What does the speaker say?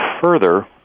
further